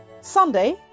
Sunday